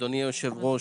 אדוני היושב-ראש,